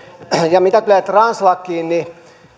ja mitä tulee translakiin niin myös